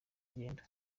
ingendo